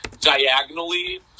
diagonally